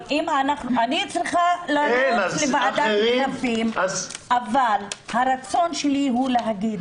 אני צריכה ללכת לוועדת הכספים אבל הרצון שלי הוא להגיד.